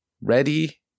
ready